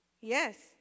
Yes